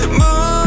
moon